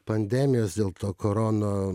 pandemijos dėl to korona